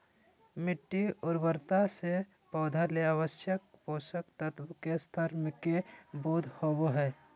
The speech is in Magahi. मिटटी उर्वरता से पौधा ले आवश्यक पोषक तत्व के स्तर के बोध होबो हइ